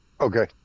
Okay